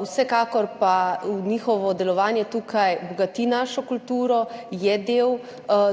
Vsekakor pa njihovo delovanje tukaj bogati našo kulturo, je del